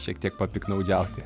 šiek tiek papiktnaudžiauti